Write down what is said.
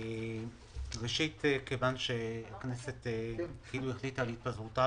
ראשית, מכיוון שהכנסת החליטה על התפזרותה